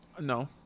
No